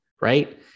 right